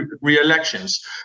re-elections